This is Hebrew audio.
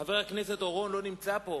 חבר הכנסת אורון לא נמצא פה,